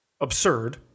absurd